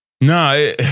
No